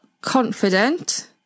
confident